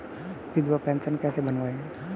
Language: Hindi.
विधवा पेंशन कैसे बनवायें?